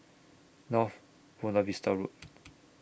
North Buona Vista Road